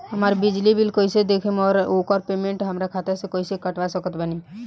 हमार बिजली बिल कईसे देखेमऔर आउर ओकर पेमेंट हमरा खाता से कईसे कटवा सकत बानी?